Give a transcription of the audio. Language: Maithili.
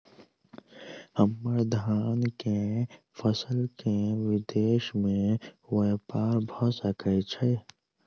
हम्मर धान केँ फसल केँ विदेश मे ब्यपार भऽ सकै छै?